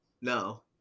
no